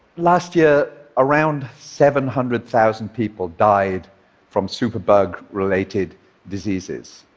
last year, around seven hundred thousand people died from superbug-related diseases.